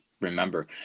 remember